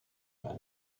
meant